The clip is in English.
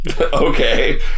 Okay